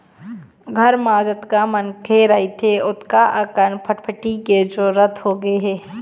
घर म जतका मनखे रहिथे ओतका अकन फटफटी के जरूरत होगे हे